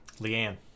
Leanne